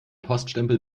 poststempel